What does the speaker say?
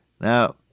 Now